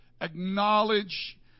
Acknowledge